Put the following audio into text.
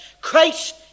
Christ